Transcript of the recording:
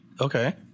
Okay